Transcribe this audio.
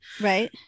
Right